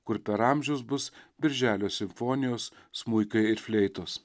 kur per amžius bus birželio simfonijos smuikai ir fleitos